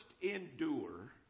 endure